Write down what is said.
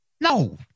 No